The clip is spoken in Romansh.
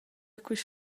quist